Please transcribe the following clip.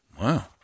Wow